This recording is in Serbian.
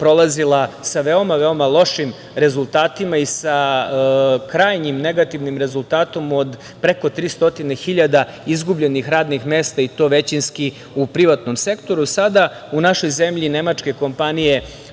sa veoma, veoma lošim rezultatima i sa krajnjim negativnim rezultatom od preko 300.000 radnih mesta i to većinski u privatnom sektoru. Sada u našoj zemlji nemačke kompanije